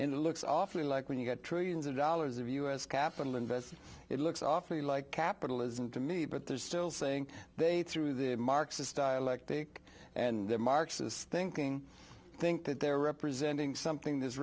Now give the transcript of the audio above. in looks awfully like when you get trillions of dollars of u s capital invested it looks awfully like capitalism to me but they're still saying they threw the marxist dialectic and they're marxist thinking think that they're representing something th